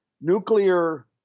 nuclear